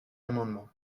amendement